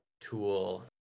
tool